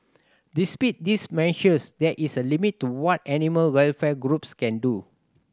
despite these measures there is a limit to what animal welfare groups can do